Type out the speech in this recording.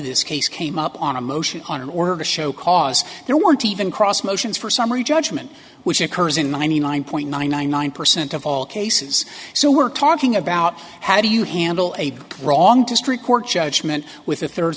this case came up on a motion on an organ show cause there weren't even cross motions for summary judgment which occurs in ninety nine point nine nine percent of all cases so we're talking about how do you handle a wrong district court judgment with a third